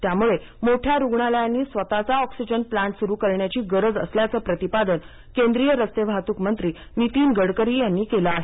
त्यामुळे मोठ्या रुग्णालयांनी स्वतःचा ऑक्सीजन प्लांट सुरू करण्याची गरज असल्याचे प्रतिपादन केंद्रीय रस्ते वाहतूक मंत्री नितीन गडकरी यांनी केलं आहे